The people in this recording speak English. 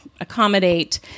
accommodate